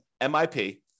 MIP